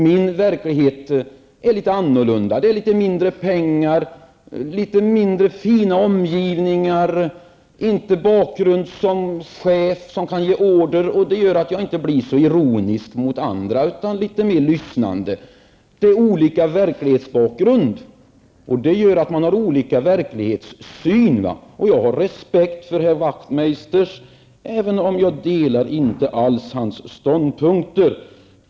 Min verklighet är litet annorlunda. Det är litet mindre pengar, litet mindre av fina omgivningar, och ingen bakgrund som en chef som kan ge order. Det gör att jag inte blir så ironisk mot andra utan litet mer lyssnande. Vi har olika verklighetsbakgrund, och det gör att vi har olika verklighetssyn. Jag har respekt för herr Wachtmeister även om jag inte alls delar hans ståndpunkter.